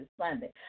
Sunday